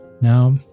Now